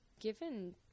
given